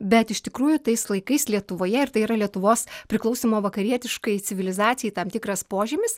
bet iš tikrųjų tais laikais lietuvoje ir tai yra lietuvos priklausymo vakarietiškai civilizacijai tam tikras požymis